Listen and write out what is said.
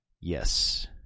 yes